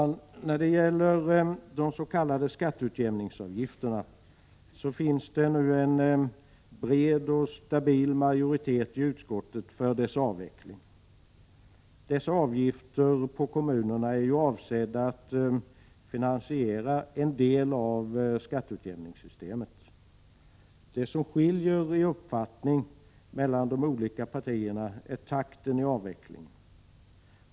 När det gäller de s.k. skatteutjämningsavgifterna finns det nu en bred och stabil majoritet i utskottet för deras avveckling. Dessa avgifter för kommunerna är ju avsedda att finansiera en del av skatteutjämningssystemet. Det som skiljer i uppfattning mellan de olika partierna är takten i avvecklingen.